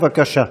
בבקשה.